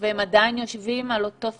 והם עדיין יושבים על אותו שכר?